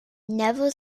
never